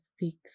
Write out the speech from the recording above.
speaks